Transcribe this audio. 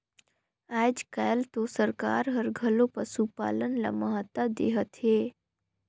आयज कायल तो सरकार हर घलो पसुपालन ल महत्ता देहत हे